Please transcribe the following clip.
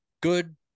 good